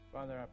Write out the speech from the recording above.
Father